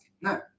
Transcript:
No